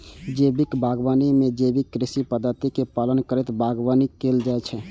जैविक बागवानी मे जैविक कृषि पद्धतिक पालन करैत बागवानी कैल जाइ छै